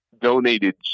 donated